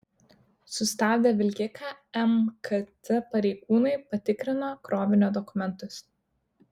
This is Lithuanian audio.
sustabdę vilkiką mkt pareigūnai patikrino krovinio dokumentus